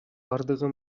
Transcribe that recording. бардыгы